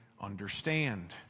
understand